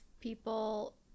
people